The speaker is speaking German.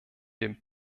dem